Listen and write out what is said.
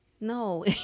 No